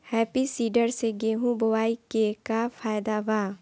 Happy seeder से गेहूं बोआई के का फायदा बा?